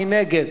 מי נגד?